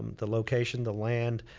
the location, the land.